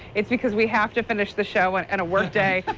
is because we have to finish the show and and workday.